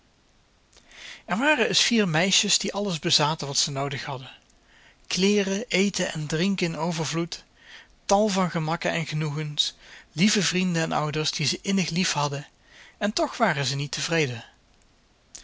er waren eens vier meisjes die alles bezaten wat ze noodig hadden kleeren eten en drinken in overvloed tal van gemakken en genoegens lieve vrienden en ouders die ze innig liefhadden en toch waren ze niet tevreden